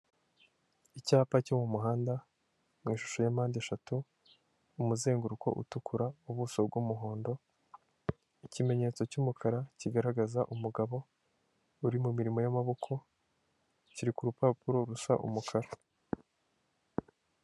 Icyapa cyo mu muhanda, mu ishusho ya mpandeshatu, umuzenguruko utukura, ubuso bw'umuhondo, ikimenyetso cy'umukara kigaragaza umugabo, uri mu mirimo y'amaboko, kiri ku rupapuro rusa umukara.